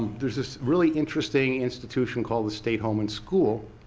there's this really interesting institution called the state home and school,